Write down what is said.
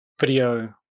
video